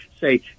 say